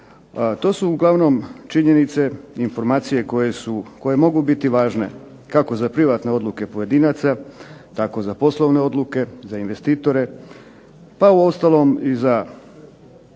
To su uglavnom činjenice i informacije koje mogu biti važne kako za privatne odluke pojedinaca tako za poslovne odluke za investitore, pa uostalom i za